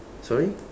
sorry